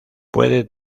puede